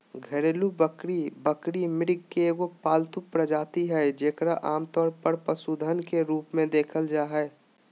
घरेलू बकरी बकरी, मृग के एगो पालतू प्रजाति हइ जेकरा आमतौर पर पशुधन के रूप में रखल जा हइ